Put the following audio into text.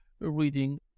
reading